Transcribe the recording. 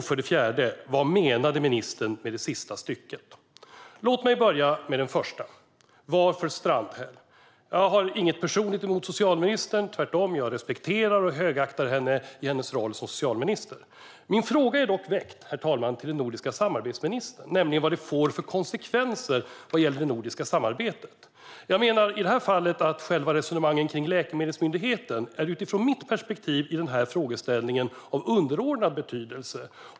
För det fjärde: Vad menade ministern med det sista stycket i svaret? Låt mig börja med den första reflektionen: Varför Strandhäll? Jag har inget personligt emot socialministern. Tvärtom respekterar och högaktar jag henne i hennes roll som socialminister. Min fråga väcktes dock, herr talman, till den nordiska samarbetsministern, nämligen vad detta får för konsekvenser för det nordiska samarbetet. Jag menar, i det här fallet, att resonemangen om läkemedelsmyndigheten utifrån mitt perspektiv, i den här frågeställningen, är av underordnad betydelse.